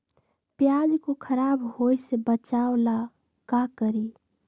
प्याज को खराब होय से बचाव ला का करी?